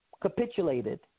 capitulated